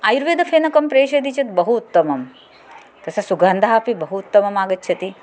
आयुर्वेद फेनकं प्रेषयति चेत् बहु उत्तमं तस्य सुगन्धः अपि बहु उत्तमः आगच्छति